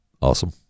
Awesome